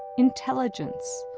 intelligence,